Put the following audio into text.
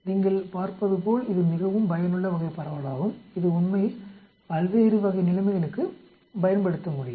நீங்கள் பார்ப்பதுபோல் இது மிகவும் பயனுள்ள வகை பரவலாகும் இது உண்மையில் பல்வேறு நிலைமைகளுக்குப் பயன்படுத்த முடியும்